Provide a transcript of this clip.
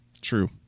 True